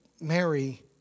Mary